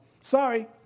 sorry